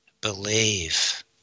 believe